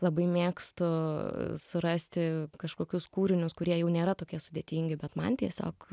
labai mėgstu surasti kažkokius kūrinius kurie jau nėra tokie sudėtingi bet man tiesiog